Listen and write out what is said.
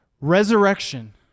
resurrection